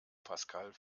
pascal